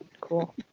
cool